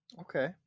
Okay